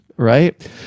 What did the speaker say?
right